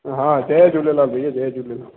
हा जय झूलेलाल भईया जय झूलेलाल